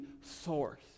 source